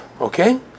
okay